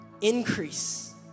increase